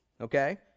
Okay